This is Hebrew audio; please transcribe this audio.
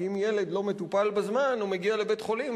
כי אם ילד לא מטופל בזמן הוא מגיע לבית-חולים,